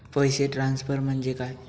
पैसे ट्रान्सफर म्हणजे काय?